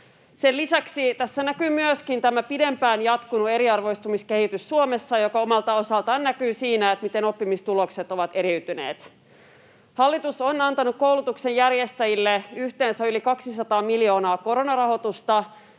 Sen lisäksi tässä näkyy myöskin tämä pidempään jatkunut eriarvoistumiskehitys Suomessa, joka omalta osaltaan näkyy siinä, miten oppimistulokset ovat eriytyneet. Hallitus on antanut koulutuksen järjestäjille yhteensä yli 200 miljoonaa koronarahoitusta,